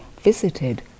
visited